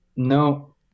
no